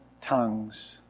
tongues